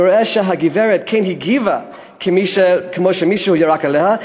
אני רואה שהגברת כן הגיבה כמו שמישהו ירק עליה,